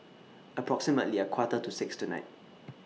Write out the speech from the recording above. approximately A Quarter to six tonight